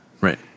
Right